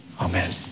Amen